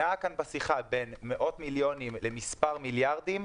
שנעה בשיחה בין מאות מיליונים למספר מיליארדים,